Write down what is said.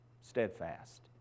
steadfast